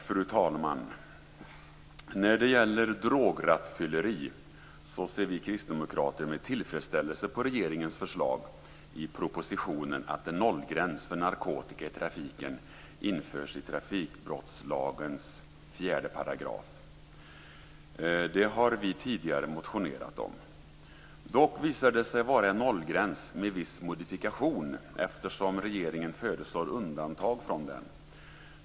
Fru talman! När det gäller drograttfylleri ser vi kristdemokrater med tillfredsställelse på regeringens förslag i propositionen att en nollgräns för narkotika i trafiken införs i trafikbrottslagens 4 §. Det har vi tidigare motionerat om. Dock visar det sig vara en nollgräns med viss modifikation eftersom regeringen föreslår undantag från den.